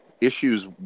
issues